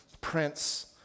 Prince